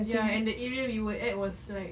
ya and the area we were at was like